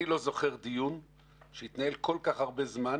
אני לא זוכר דיון שהתנהל כל כך הרבה זמן.